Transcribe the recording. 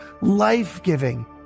life-giving